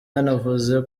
yanavuze